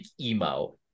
emo